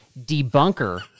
debunker